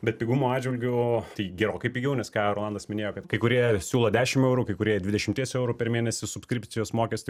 bet pigumo atžvilgiu tai gerokai pigiau nes ką ir rolandas minėjo kad kai kurie siūlo dešimt eurų kai kurie dvidešimties eurų per mėnesį subskripcijos mokestį